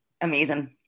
amazing